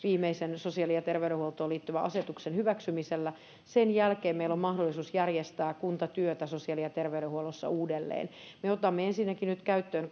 viimeisen sosiaali ja terveydenhuoltoon liittyvän asetuksen hyväksymisellä sen jälkeen meillä on mahdollisuus järjestää kuntatyötä sosiaali ja terveydenhuollossa uudelleen me otamme ensinnäkin nyt käyttöön